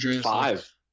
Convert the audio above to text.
Five